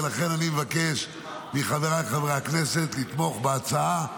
ולכן אני מבקש מחבריי חברי הכנסת לתמוך בהצעה.